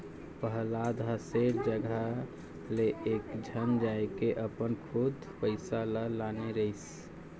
पहलाद ह सेठ जघा ले एकेझन जायके अपन खुद पइसा ल लाने रहिस